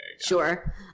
Sure